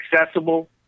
accessible